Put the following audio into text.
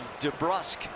DeBrusque